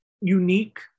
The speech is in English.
unique